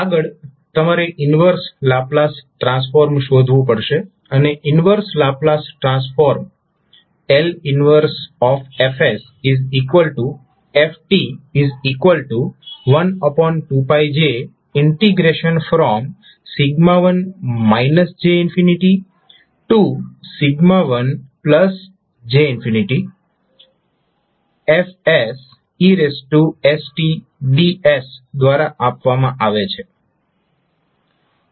આગળ તમારે inverse Laplace transform શોધવું પડશે અને inverse Laplace transform ℒ 1Ff12j1 j1jF estds દ્વારા આપવામાં આવે છે